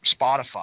Spotify